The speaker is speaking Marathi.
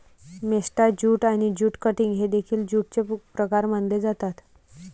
मेस्टा ज्यूट आणि ज्यूट कटिंग हे देखील ज्यूटचे प्रकार मानले जातात